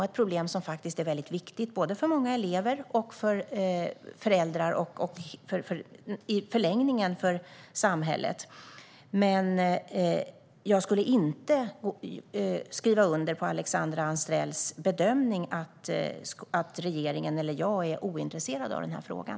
Det är ett viktigt problem för många elever, föräldrar och i förlängningen för samhället. Men jag skulle inte skriva under på Alexandra Anstrells bedömning att regeringen, eller jag, är ointresserad av frågan.